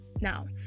Now